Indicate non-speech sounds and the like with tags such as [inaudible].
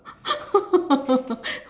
[laughs]